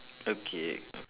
okay